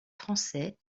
français